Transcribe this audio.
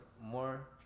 more